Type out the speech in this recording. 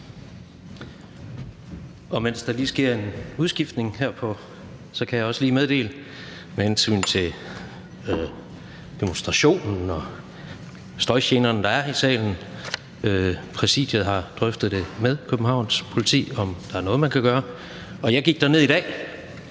Mens der lige sker en udskiftning i formandsstolen her, kan jeg også lige med hensyn til demonstrationen og støjgenerne, de giver her i salen, sige, at Præsidiet har drøftet med Københavns Politi, om der er noget, man kan gøre. Jeg gik derned i dag